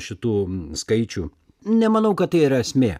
šitų skaičių nemanau kad tai yra esmė